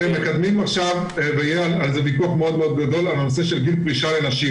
היה עכשיו ויכוח מאוד מאוד גדול על הנושא של גיל פרישה לנשים.